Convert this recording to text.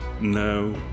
No